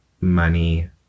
money